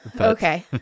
Okay